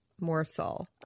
morsel